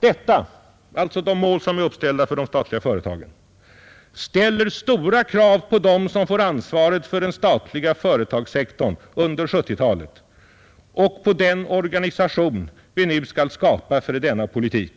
”Detta” — alltså de mål som är uppställda för de statliga företagen — ”ställer stora krav på dem som får ansvaret för den statliga företagssektorn under 1970-talet liksom det ställer stora krav på den organisation som vi nu skall skapa för denna politik.